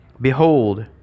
Behold